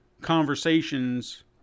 conversations